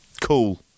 Cool